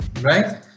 right